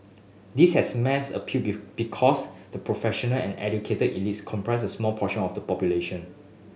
this has mass appeal because the professional and educated elites comprise a small portion of the population